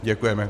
Děkujeme.